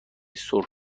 سرخ